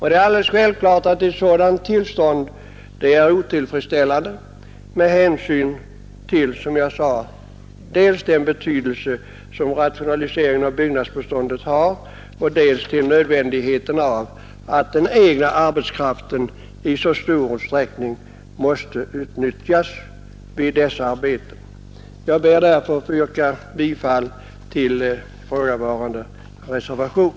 Det är självklart att ett sådant tillstånd är otillfredsställande med hänsyn dels till den betydelse som rationaliseringen av jordbrukets byggnadsbestånd har, dels till nödvändigheten av att i så stor utsträckning utnyttja den egna arbetskraften vid dessa byggnadsarbeten. Jag ber därför att få yrka bifall till förevarande reservation.